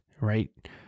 right